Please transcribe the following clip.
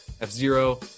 F-Zero